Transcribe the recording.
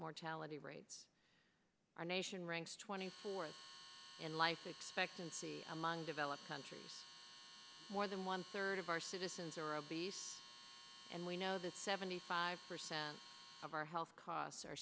mortality rates our nation ranks twenty fourth in life expectancy among developed countries more than one third of our citizens are obese and we know that seventy five percent of our health costs are